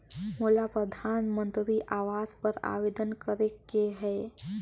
मोला परधानमंतरी आवास बर आवेदन करे के हा?